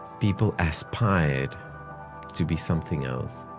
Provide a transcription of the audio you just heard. people aspired to be something else.